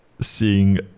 seeing